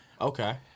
Okay